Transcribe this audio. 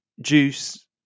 Juice